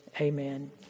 Amen